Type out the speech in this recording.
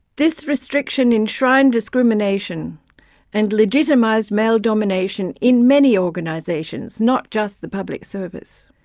this restriction enshrined discrimination and legitimised male domination in many organisations, not just the public service.